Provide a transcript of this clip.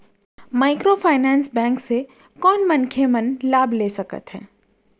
Microfinance bank से कोन मनखे मन लाभ ले सकथे?